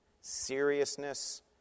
seriousness